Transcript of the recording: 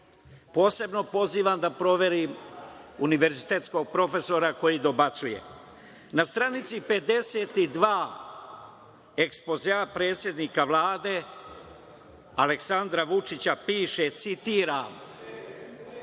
Posebno pozivam da proveri univerzitetskog profesora koji dobacuje. Na stranici 52 ekspozea predsednika Vlade Aleksandra Vučića, piše citiram